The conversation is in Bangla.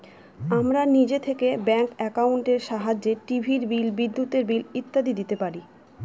আমরা নিজে থেকে ব্যাঙ্ক একাউন্টের সাহায্যে টিভির বিল, বিদ্যুতের বিল ইত্যাদি দিতে পারি